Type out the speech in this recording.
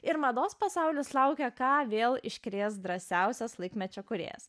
ir mados pasaulis laukia ką vėl iškrės drąsiausias laikmečio kūrėjas